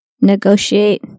negotiate